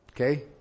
Okay